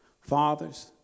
Fathers